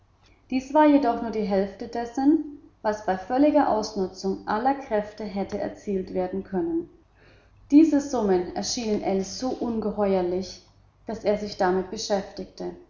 dies war jedoch nur die hälfte dessen was bei völliger ausnutzung aller kräfte hätte erzielt werden können diese summen erschienen ell so ungeheuerlich daß er sich damit beschäftigte